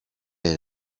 est